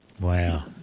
Wow